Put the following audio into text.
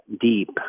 deep